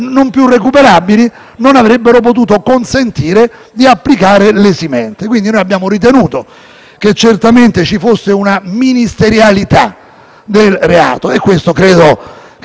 che certamente ci fosse una ministerialità del reato e questo credo che sia abbastanza ovvio; abbiamo ritenuto, però, che sussistessero poi le condizioni